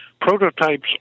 Prototypes